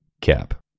Cap